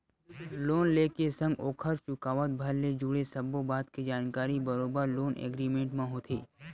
loan ले के संग ओखर चुकावत भर ले जुड़े सब्बो बात के जानकारी बरोबर लोन एग्रीमेंट म होथे